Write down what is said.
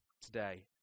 today